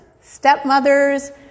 stepmothers